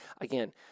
Again